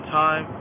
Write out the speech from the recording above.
time